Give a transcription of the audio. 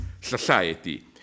society